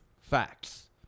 Facts